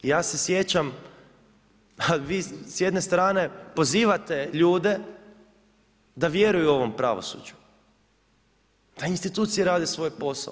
Ja se sjećam, a vi s jedne strane pozivate ljude da vjeruju ovom pravosuđu, da institucije rade svoj posao.